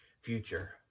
future